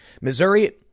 Missouri